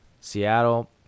Seattle